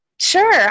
Sure